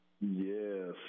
Yes